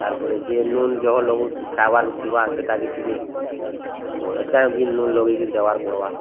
ତାପରେ ଯେ ନୁନ୍ ଜହର୍ ଲଗଉ ଖାଇବାର୍ ଥିବ ଆସେ ତା' ଆଗେ ଟିକେ ଲଙ୍କା କି ଲୁନ୍ ଲଗେଇ କି ଦେବାର୍ ପଡ଼ବା